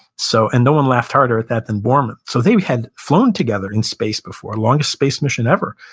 so, and no one laughed harder at that than borman. so they had flown together in space before, longest space mission ever,